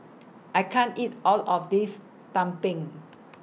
I can't eat All of This Tumpeng